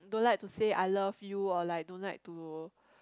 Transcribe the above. don't like to say I love you or like don't like to